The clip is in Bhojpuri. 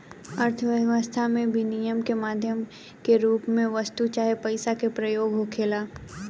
अर्थव्यस्था में बिनिमय के माध्यम के रूप में वस्तु चाहे पईसा के प्रयोग होला